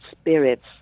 spirits